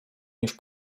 niż